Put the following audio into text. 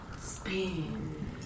Spin